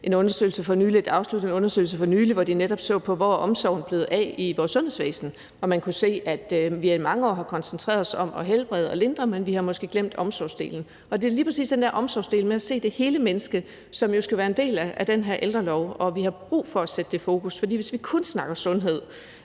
en undersøgelse, hvor de netop så på, hvor omsorgen er blevet af i vores sundhedsvæsen, og hvor man kunne se, at vi i mange år har koncentreret os om at helbrede og lindre, men at vi måske har glemt omsorgsdelen. Og det er jo lige præcis den der omsorgsdel, hvor man ser det hele menneske, som skal være en del af den her ældrelov, og vi har brug for at sætte det fokus, for hvis vi kun snakker sundhed,